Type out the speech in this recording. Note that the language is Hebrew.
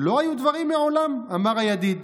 לא היו דברים מעולם, אמר הידיד,